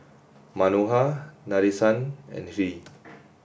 Manohar Nadesan and Hri